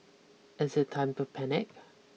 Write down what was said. is it time to panic